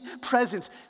presence